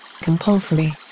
Compulsory